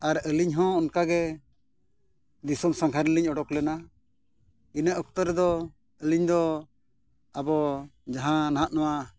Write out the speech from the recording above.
ᱟᱨ ᱟᱹᱞᱤᱧ ᱦᱚᱸ ᱚᱱᱠᱟᱜᱮ ᱫᱤᱥᱚᱢ ᱥᱟᱸᱜᱷᱟᱨ ᱞᱤᱧ ᱩᱰᱩᱠ ᱞᱮᱱᱟ ᱤᱱᱟᱹ ᱚᱠᱛᱚ ᱨᱮᱫᱚ ᱟᱹᱞᱤᱧ ᱫᱚ ᱟᱵᱚ ᱡᱟᱦᱟᱸ ᱱᱟᱦᱟᱜ ᱱᱚᱣᱟ